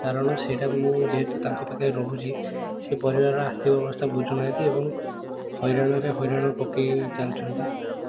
କାରଣ ସେଇଟା ମୁଁ ଯେହେତୁ ତାଙ୍କ ପାଖରେ ରହୁଛି ସେ ପରିବାରର ଆର୍ଥିକ ଅବସ୍ଥା ବୁଝୁ ନାହାଁନ୍ତି ଏବଂ ହଇରାଣରେ ହଇରାଣ ପକାଇ ଚାଲିଛନ୍ତି